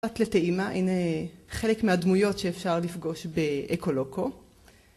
רק לטעימה, הנה חלק מהדמויות שאפשר לפגוש באקולוקו.